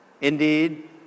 indeed